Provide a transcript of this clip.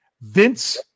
Vince